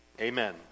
Amen